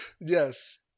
Yes